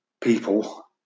people